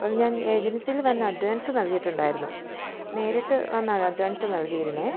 അപ്പോൾ ഞാൻ ഏജൻസിയിൽ വന്ന് അഡ്വാൻസ് നൽകിയിട്ടുണ്ടായിരുന്നു നേരിട്ട് വന്നാണ് അഡ്വാൻസ് നൽകിയിരുന്നത്